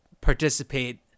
participate